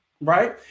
right